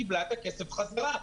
קיבלה את הכסף חזרה.